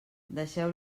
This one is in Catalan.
deixeu